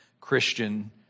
Christian